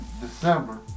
December